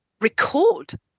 record